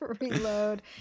Reload